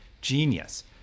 genius